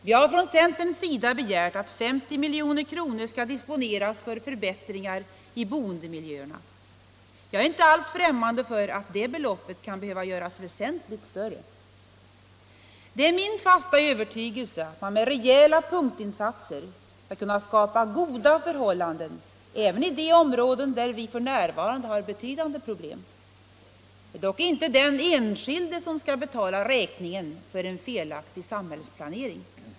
Vi har från centerns sida begärt att 50 milj.kr. skall disponeras för förbättringar i boendemiljön. Jag är inte alls ffträmmande för att det beloppet kan behöva göras väsentligt större. Det är min fasta övertygelse att man med rejäla punktinsatser skall kunna skapa goda förhållanden även i de områden där vi för närvarande har betydande problem. Det är dock inte den enskilde som skall betala räkningen för en felaktig samhällsplanering.